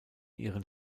ihren